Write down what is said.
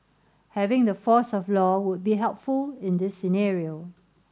having the force of law would be helpful in this scenario